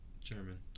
German